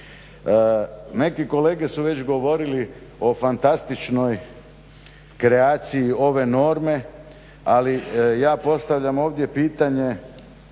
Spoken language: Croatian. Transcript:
Neki kolege su već govorili o fantastičnoj kreaciji ove norme, ali ja postavljam ovdje pitanje